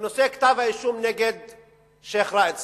בנושא כתב האישום נגד שיח' ראאד סלאח.